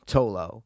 Tolo